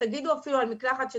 תגידו אפילו על מקלחת,